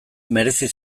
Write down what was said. merezi